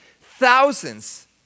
thousands